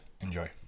Enjoy